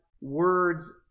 words